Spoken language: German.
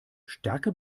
stärker